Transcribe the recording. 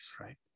right